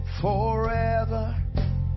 forever